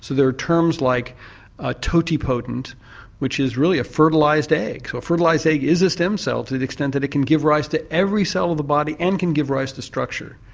there are terms like ah totipotent, which is really a fertilised egg, so a fertilised egg is a stem cell to the extent that it can give rise to every cell of the body and can give rise to structure.